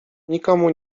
nikomu